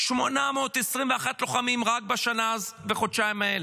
821 לוחמים רק בשנה וחודשיים האלה,